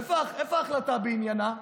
איפה ההחלטה בעניינה?